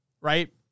right